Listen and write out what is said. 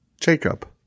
Jacob